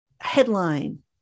headline